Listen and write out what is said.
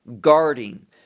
guarding